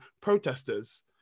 protesters